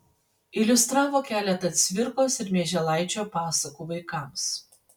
iliustravo keletą cvirkos ir mieželaičio pasakų vaikams